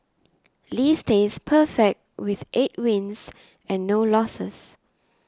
lee stays perfect with eight wins and no losses